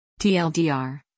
TLDR